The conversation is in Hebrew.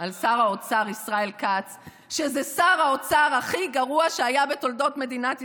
על שר האוצר ישראל כץ שזה שר האוצר הכי גרוע שהיה בתולדות מדינת ישראל.